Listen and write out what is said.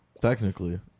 technically